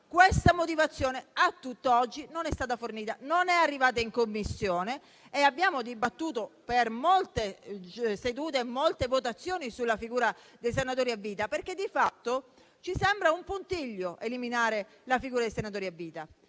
Questa motivazione, a tutt'oggi, non è stata fornita. Non è arrivata in Commissione, dove abbiamo dibattuto per molte sedute e molte votazioni sulla figura dei senatori a vita, perché, di fatto, ci sembra un puntiglio eliminare la figura dei senatori a vita.